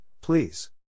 please